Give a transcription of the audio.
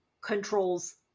controls